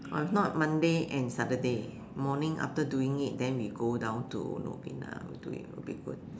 or if not Monday and Saturday morning after doing it then we go down to Novena will do it will be good